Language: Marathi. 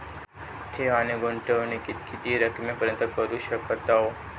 ठेव आणि गुंतवणूकी किती रकमेपर्यंत करू शकतव?